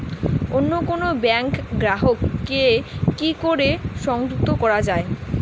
অন্য কোনো ব্যাংক গ্রাহক কে কি করে সংযুক্ত করা য়ায়?